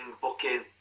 Booking